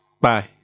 Bye